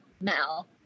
Mel